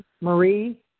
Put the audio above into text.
Marie